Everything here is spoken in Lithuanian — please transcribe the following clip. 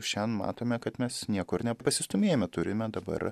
šian matome kad mes nieko ir nepasistūmėjome turime dabar